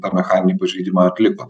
tą mechaninį pažeidimą atliko